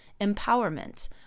empowerment